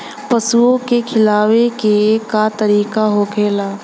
पशुओं के खिलावे के का तरीका होखेला?